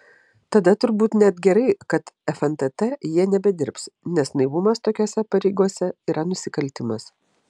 tada turbūt net gerai kad fntt jie nebedirbs nes naivumas tokiose pareigose yra nusikaltimas